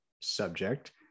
subject